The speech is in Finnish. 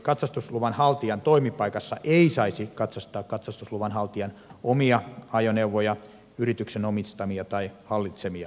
katsastusluvan haltijan toimipaikassa ei saisi katsastaa katsastusluvan haltijan omia ajoneuvoja yrityksen omistamia tai hallitsemia ajoneuvoja